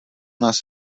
nás